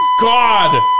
God